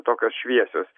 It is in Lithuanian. tokios šviesios